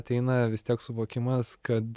ateina vis tiek suvokimas kad